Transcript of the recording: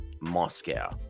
Moscow